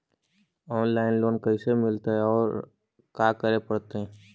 Online loan कैसे मिलतै औ का करे पड़तै?